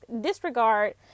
disregard